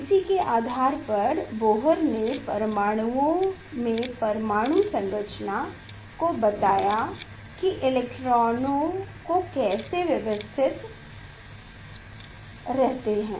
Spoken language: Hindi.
इसी के आधार पर बोह्रर ने परमाणुओं में परमाणु संरचना को बताया कि इलेक्ट्रॉन कैसे व्यवस्थित रहते है